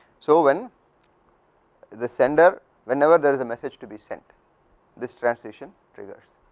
so when the sender whenever there is the message to be sent this transition triggers,